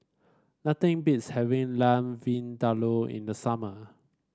nothing beats having Lamb Vindaloo in the summer